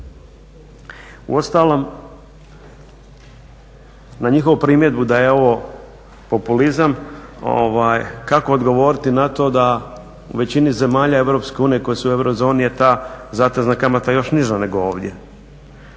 Uostalom na njihovu primjedbu da je ovo populizam, kako odgovoriti na to da u većini zemalja EU koji su u eurozoni je ta zatezna kamata još niža nego ovdje.